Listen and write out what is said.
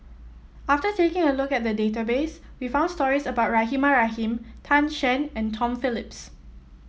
after taking a look at the database we found stories about Rahimah Rahim Tan Shen and Tom Phillips